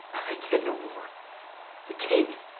i can no more the king,